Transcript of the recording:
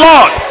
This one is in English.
Lord